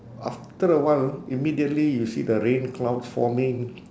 after a while immediately you see the rain clouds forming